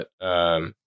but-